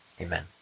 Amen